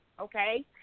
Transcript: Okay